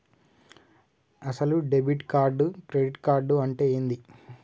అసలు debit card credit card అంటే ఏంది?